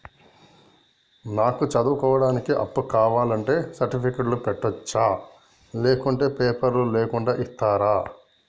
నాకు చదువుకోవడానికి అప్పు కావాలంటే సర్టిఫికెట్లు పెట్టొచ్చా లేకుంటే పేపర్లు లేకుండా ఇస్తరా?